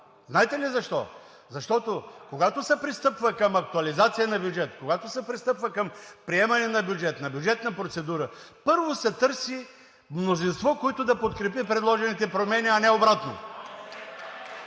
Знаете ли защо? Защото, когато се пристъпва към актуализация на бюджета, когато се пристъпва към приемане на бюджет, на бюджетна процедура, първо се търси мнозинство, което да подкрепи предложените промени, а не обратното.